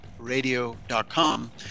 radio.com